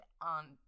on